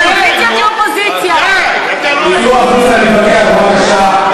תצאו החוצה להתווכח בבקשה.